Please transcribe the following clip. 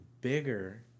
bigger